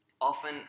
Often